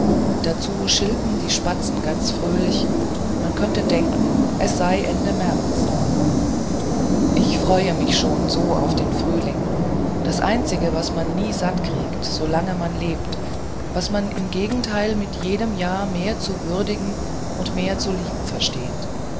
dazu schilpen die spatzen ganz fröhlich man könnte denken es sei ende märz ich freue mich schon so auf den frühling das einzige was man nie satt kriegt so lange man lebt was man im gegenteil mit jedem jahr mehr zu würdigen und zu lieben versteht